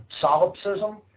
solipsism